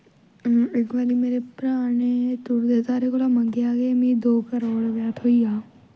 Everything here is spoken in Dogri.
इक बारी मेरे भ्राऽ ने त्रुटदे तारे कोला मंगेआ ही के मिगी दो करोड़ रपेआ थ्होई जा